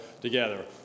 together